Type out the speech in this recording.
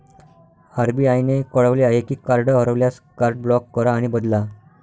RBI ने कळवले आहे की कार्ड हरवल्यास, कार्ड ब्लॉक करा आणि बदला